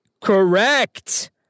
Correct